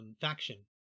Faction